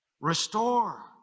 restore